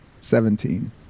Seventeen